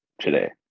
today